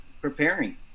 preparing